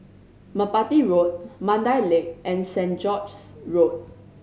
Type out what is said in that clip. Merpati Road Mandai Lake and Saint George's Road